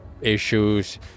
issues